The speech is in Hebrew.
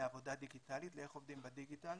לעבודה דיגיטלית, לאיך עובדים בדיגיטל.